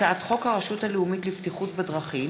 הצעת חוק הרשות הלאומית לבטיחות בדרכים